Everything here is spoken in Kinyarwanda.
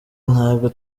ntabwo